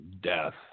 Death